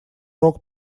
рог